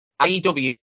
AEW